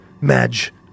Madge